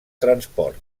transport